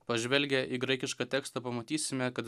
pažvelgę į graikišką tekstą pamatysime kad